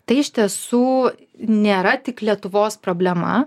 tai iš tiesų nėra tik lietuvos problema